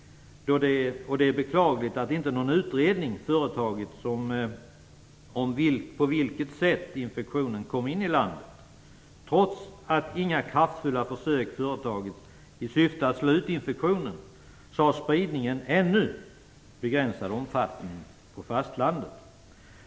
Det är beklagligt att inte någon utredning företagits om på vilket sätt infektionen kom in i landet. Trots att inga kraftfulla försök företagits i syfte att slå ut infektionen har spridningen ännu begränsad omfattning på fastlandet.